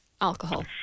alcohol